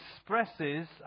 expresses